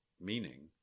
meaning